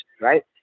Right